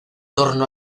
torno